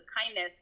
kindness